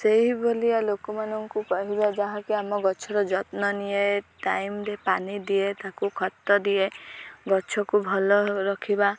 ସେହିଭଳିଆ ଲୋକମାନଙ୍କୁ କହିବା ଯାହାକି ଆମ ଗଛର ଯତ୍ନ ନିଏ ଟାଇମରେ ପାଣି ଦିଏ ତାକୁ ଖତ ଦିଏ ଗଛକୁ ଭଲରେ ରଖିବା